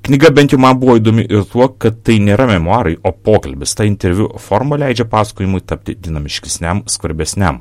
knyga bent jau man buvo įdomi ir tuo kad tai nėra memuarai o pokalbis interviu forma leidžia pasakojimui tapti dinamiškesniam skvarbesniam